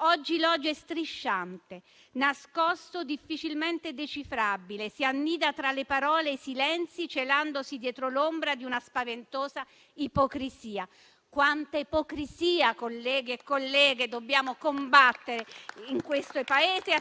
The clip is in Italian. oggi l'odio è strisciante, nascosto e difficilmente decifrabile; si annida tra le parole e i silenzi, celandosi dietro l'ombra di una spaventosa ipocrisia. Quanta ipocrisia su questi temi, colleghe e colleghi, dobbiamo combattere in questo Paese.